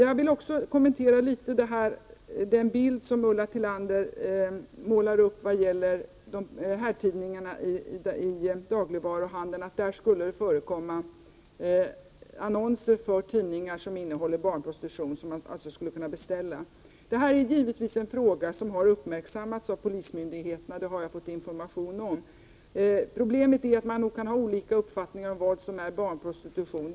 Jag vill också något kommentera den bild som Ulla Tillander målar upp såvitt gäller herrtidningarna i dagligvaruhandeln. Hon sade att det i dem skulle förekomma annonser för beställning av tidningar som innehåller barnpornografi. Detta är givetvis en fråga som har uppmärksammats av polismyndigheterna. Detta har jag fått information om. Problemet är att det kan råda olika uppfattningar om vad som är barnprostitution.